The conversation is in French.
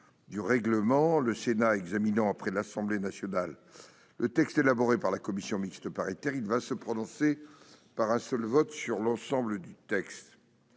du règlement, lorsqu'il examine après l'Assemblée nationale le texte élaboré par la commission mixte paritaire, le Sénat se prononce par un seul vote sur l'ensemble du texte.